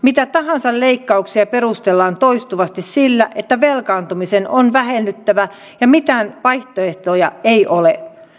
mitä tahansa leikkauksia perustellaan toistuvasti sillä että velkaantumisen on vähennyttävä ja mitään vaihtoehtoja ei ole